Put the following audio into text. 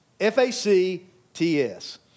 F-A-C-T-S